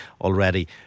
already